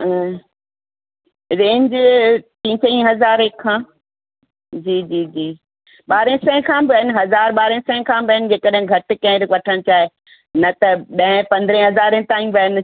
range टी चईं हज़ारे खां जी जी जी ॿारहें सौ खां बि आहिनि हज़ार ॿारहें सौ खां बि आहिनि जे कॾहिं घटि केरु वठण चाहे न त ॾहें पंद्रहें हज़ारे ताईं बि आहिनि